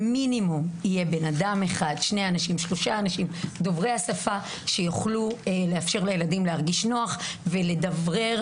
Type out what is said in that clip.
מרגע שראש רשות מבקש ממך הקצאה לכיתה ומראה לך שיש לו 20 תלמידים,